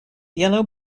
yellow